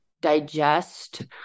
digest